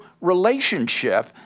relationship